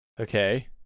Okay